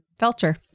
Felcher